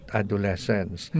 adolescence